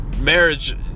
Marriage